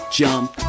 jump